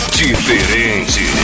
diferente